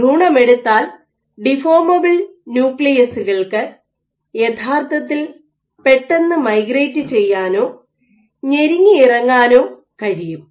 ഭ്രൂണമെടുത്താൽ deformable ന്യൂക്ലിയസ്സുകൾക്ക് യഥാർത്ഥത്തിൽ പെട്ടെന്ന് മൈഗ്രേറ്റ് ചെയ്യാനോ ഞെരുങ്ങി ഇറങ്ങാനോ കഴിയും